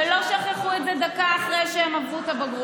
להרבה יותר שנים אחר כך ולא שכחו את זה דקה אחרי שהם עברו את הבגרות.